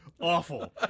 awful